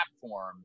platform